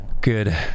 good